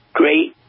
great